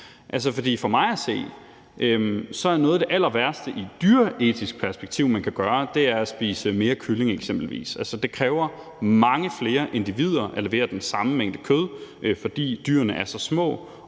For mig at se er noget af det allerværste, man kan gøre, i et dyreetisk perspektiv at spise mere kylling eksempelvis. Altså, det kræver mange flere individer at levere den samme mængde kød, fordi dyrene er så små.